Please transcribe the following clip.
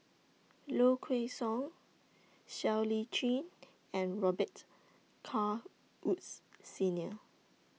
Low Kway Song Siow Lee Chin and Robet Carr Woods Senior